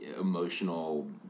emotional